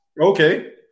Okay